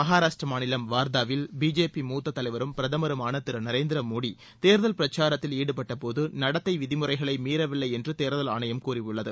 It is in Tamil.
மகாராஷ்டிர மாநிலம் வார்தாவில் பிஜேபி மூத்த தலைவரும் பிரதமருமான திரு நரேந்திர மோடி தேர்தல் பிரச்சாரத்தில் ஈடுபட்டபோது நடத்தை விதிமுறைகளை மீறவில்லை என்று தேர்தல் ஆணையம் கூறியுள்ளது